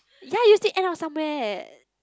ya you see end of somewhere